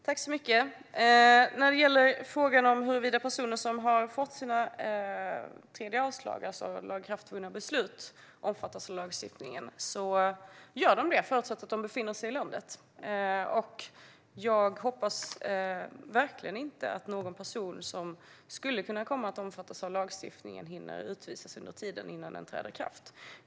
Herr talman! Personer som har fått sina tredje avslag, alltså lagakraftvunna beslut, omfattas av lagstiftningen, förutsatt att de befinner sig i landet. Jag hoppas verkligen inte att någon som skulle kunna komma att omfattas av lagstiftningen hinner utvisas under tiden innan den träder i kraft.